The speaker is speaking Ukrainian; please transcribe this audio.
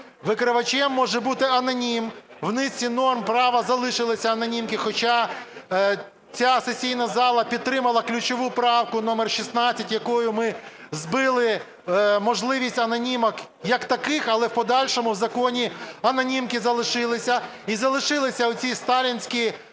викривачем може бути анонім, в низці норм права залишилися анонімки. Хоча ця сесійна зала підтримала ключову правку номер 16, якою ми збили можливість анонімок як таких, але в подальшому в законі анонімки залишилися і залишилися оці сталінські